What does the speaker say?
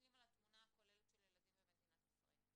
מסתכלים על התמונה הכוללת של ילדים במדינת ישראל.